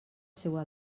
seua